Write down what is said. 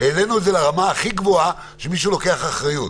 שהעלינו את זה לרמה הכי גבוהה שמישהו לוקח אחריות.